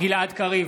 גלעד קריב,